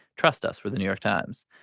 trust us. we're the new york times.